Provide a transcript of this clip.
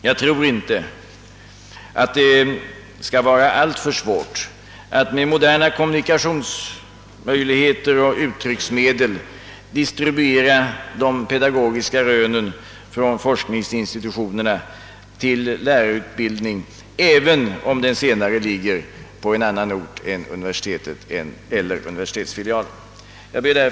Jag tror inte att det är alltför svårt att med moderna kommunikationsmöjligheter och uttrycksmedel distribuera de pedagogiska rönen från forskningsinstitutionerna till lärarutbildningsanstalterna, även om de senare ligger på en annan ort än universitetet eller uni .versitetsfilialen. Herr talman!